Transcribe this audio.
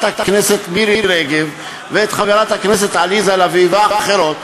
הכנסת מירי רגב ואת חברת הכנסת עליזה לביא ואחרות,